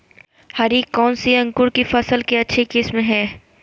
हरी कौन सी अंकुर की फसल के अच्छी किस्म है?